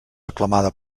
reclamada